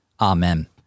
Amen